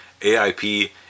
AIP